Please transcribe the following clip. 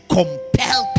compel